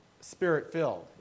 spirit-filled